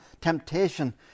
temptation